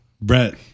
Brett